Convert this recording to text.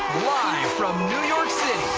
live from new york city,